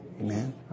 Amen